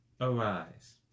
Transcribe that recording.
arise